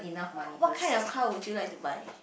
what kind of car would you like to buy